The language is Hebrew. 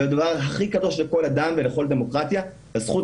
והדבר הכי קדוש לכל אדם ולכל דמוקרטיה הזכות